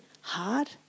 hard